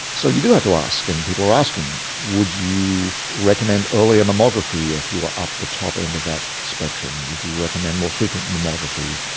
so you do have to ask and people are asking would you recommend earlier mammography if you were up the top end of that spectrum, would you recommend more frequent mammography?